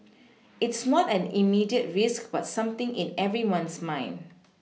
it's not an immediate risk but something in everyone's mind